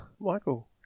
Michael